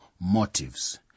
motives